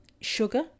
sugar